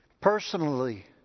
Personally